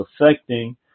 affecting